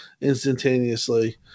instantaneously